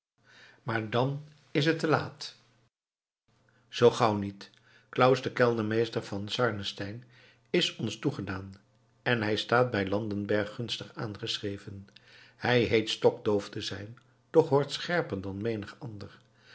maar dan is het te laat zoo gauw niet claus de keldermeester van den sarnenstein is ons toegedaan en hij staat bij landenberg gunstig aangeschreven hij heet stokdoof te zijn doch hoort scherper dan menig ander